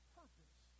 purpose